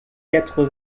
quatre